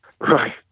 Right